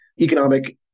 economic